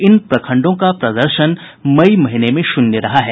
इन प्रखंडों का प्रदर्शन मई महीने में शून्य रहा है